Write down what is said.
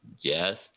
Yes